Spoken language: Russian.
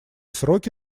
сроки